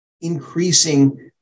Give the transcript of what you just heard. increasing